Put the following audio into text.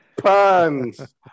Puns